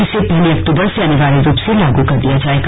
इसे पहली अक्टूबर से अनिवार्य रूप से लागू कर दिया जायेगा